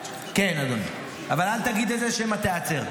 כן, אדוני, אבל אל תגיד את זה, שמא תיעצר.